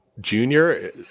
Junior